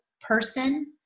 person